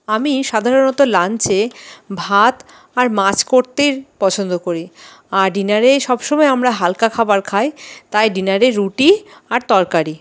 আমি সাধারণত লাঞ্চে ভাত আর মাছ করতে পছন্দ করি আর ডিনারে সব সময় আমরা হালকা খাবার খাই তাই ডিনারে রুটি আর তরকারি